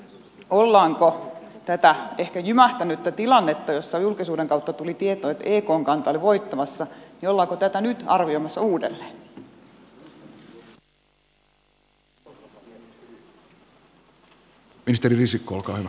ollaanko tätä ehkä jymähtänyttä tilannetta jossa julkisuuden kautta tuli tieto että ekn kanta oli voittamassa nyt arvioimassa uudelleen